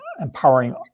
empowering